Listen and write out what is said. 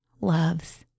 loves